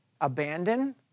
Abandon